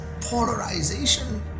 polarization